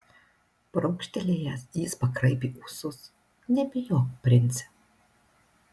prunkštelėjęs jis pakraipė ūsus nebijok prince